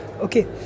okay